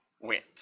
went